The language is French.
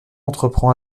entreprend